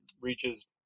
reaches